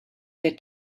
der